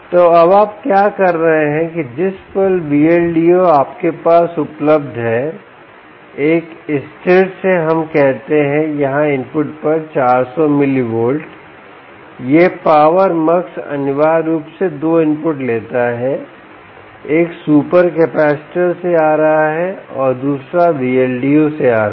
तो अब आप क्या कर रहे हैं जिस पल Vldo आप के पास उपलब्ध है एक स्थिर से हम कहते हैं यहाँ इनपुट पर 400 millivolt यह पावर Mux अनिवार्य रूप से दो इनपुट लेता है एक सुपर कैपेसिटर से आ रहा है और दूसरा Vldo से आ रहा है